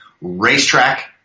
Racetrack